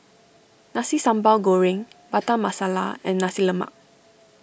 Nasi Sambal Goreng Butter Masala and Nasi Lemak